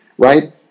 Right